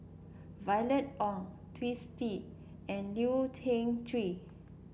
Violet Oon Twisstii and Leu Yew Chye